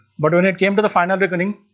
but when it came to the final reckoning